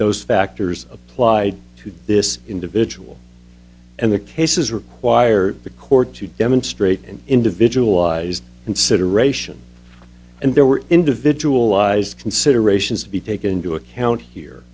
those factors apply to this individual and the cases require the court to demonstrate an individual ised consideration and there were individual eyes considerations to be taken into account here